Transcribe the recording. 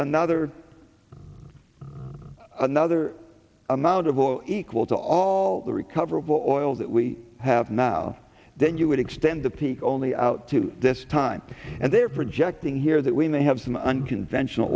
another another amount of oil equal to all the recoverable oil that we have now then you would extend the peak only out to this time and they're projecting here that we may have some unconventional